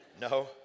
No